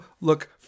look